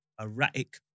erratic